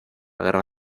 guerra